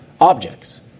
Objects